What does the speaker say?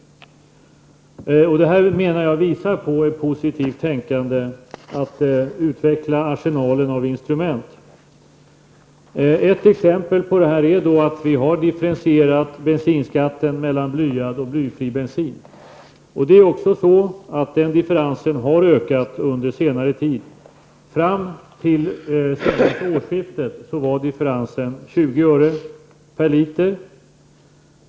Det menar jag visar på ett positivt tänkande att man vill utveckla arsenalen av instrument. Ett exempel är att vi har differentierat bensinskatten mellan blyad och blyfri bensin. Det är också så att differensen har ökat under senare tid. Fram till årsskiftet var differensen 20 öre per liter.